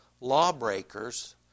lawbreakers